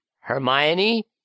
Hermione